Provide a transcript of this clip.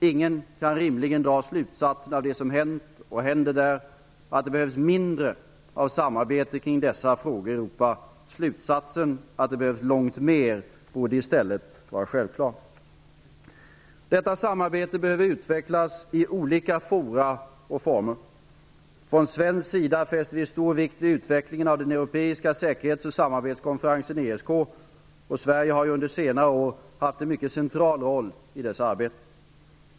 Ingen kan rimligen dra slutsatsen av det som hänt och händer där att det behövs mindre av samarbete kring dessa frågor i Europa -- slutsatsen att det behövs långt mer borde i stället vara självklar. Detta samarbete behöver utvecklas i olika forum och former. Från svensk sida fäster vi stor vikt vid utvecklingen av den europeiska säkerhets och samarbetskonferensen, ESK, och Sverige har ju under senare år haft en mycket central roll i dess arbete.